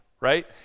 right